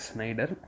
Snyder